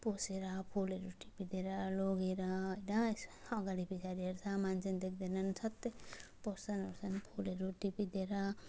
पसेर फुलहरू टिपिदिएर लगेर होइन अगाडि पछाडि हेर्छ मान्छे देख्दैनन् स्वाट्टै पस्छन्ओर्छन् फुलहरू टिपिदिएर